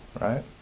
right